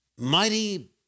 mighty